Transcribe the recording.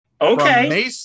Okay